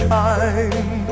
time